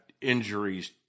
injuries